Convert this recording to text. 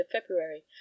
February